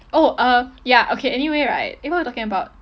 oh uh ya okay anyway right eh what we talking about